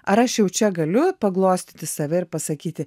ar aš jau čia galiu paglostyti save ir pasakyti